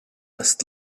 must